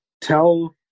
tell